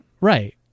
right